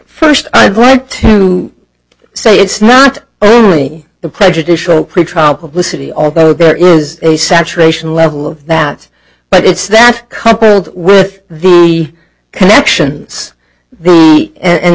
first i'd like to say it's not only the prejudicial pretrial publicity although there is a saturation level of that but it's that coupled with the connection it's there and